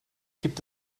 gibt